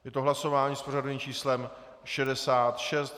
Je to hlasování s pořadovým číslem 66.